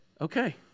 okay